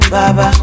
Baba